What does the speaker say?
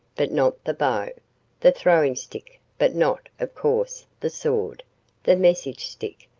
but not the bow the throwing stick, but not, of course, the sword the message stick,